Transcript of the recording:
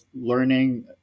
learning